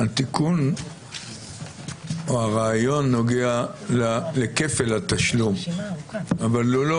התיקון או הרעיון נוגע לכפל התשלום, אבל הוא לא